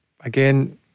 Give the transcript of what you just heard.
Again